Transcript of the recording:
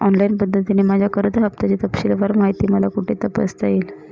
Online पद्धतीने माझ्या कर्ज हफ्त्याची तपशीलवार माहिती मला कुठे तपासता येईल?